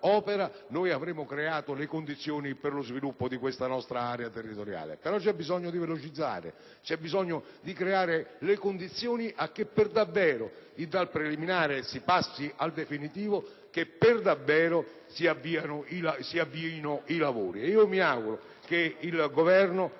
avremo creato le condizioni per lo sviluppo di questa area territoriale. Però c'è bisogno di velocizzare, c'è bisogno di creare le condizioni affinché per davvero dal preliminare si passi al definitivo e per davvero si avviino i lavori.